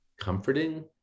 comforting